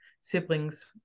siblings